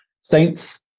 Saints